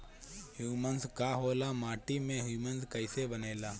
Humus का होला माटी मे ह्यूमस कइसे बनेला?